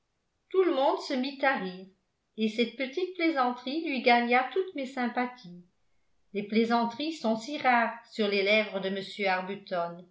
tout le monde se mit à rire et cette petite plaisanterie lui gagna toutes mes sympathies les plaisanteries sont si rares sur les lèvres de